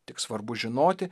tik svarbu žinoti